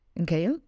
Okay